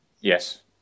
Yes